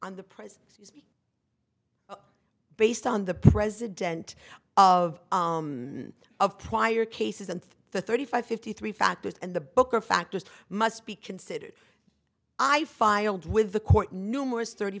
on the prez based on the president of of prior cases and the thirty five fifty three factors in the book or factors must be considered i filed with the court numerous thirty